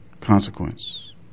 Consequence